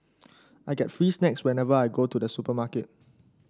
I get free snacks whenever I go to the supermarket